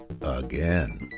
again